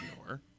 ignore